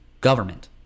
government